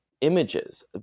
images